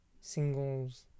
singles